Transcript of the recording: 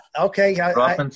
Okay